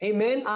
Amen